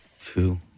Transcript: two